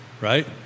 right